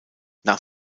nach